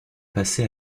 passé